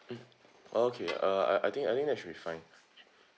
mm okay uh I I think I think that should be fine